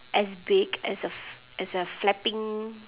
as big as a f~ as a flapping